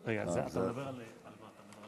רגע, על מה אתה מדבר?